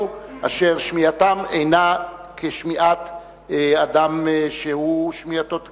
אשר שמיעתם אינה כשמיעת אדם ששמיעתו תקינה.